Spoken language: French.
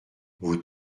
vous